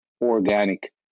organic